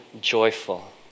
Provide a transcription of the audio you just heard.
joyful